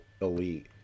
elite